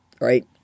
right